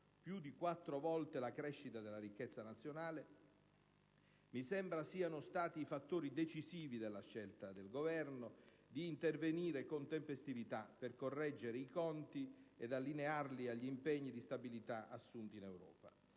(più di quattro volte la crescita della ricchezza nazionale) mi sembra siano stati i fattori decisivi della scelta del Governo di intervenire con tempestività per correggere i conti ed allinearli agli impegni di stabilità assunti in Europa.